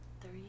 Three